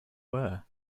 were